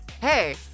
Hey